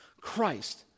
Christ